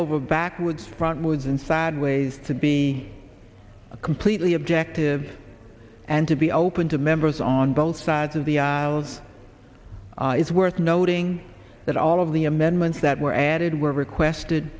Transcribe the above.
over backwards from moods and sideways to be completely objective and to be open to members on both sides of the aisles it's worth noting that all of the amendments that were ad were requested